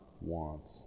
wants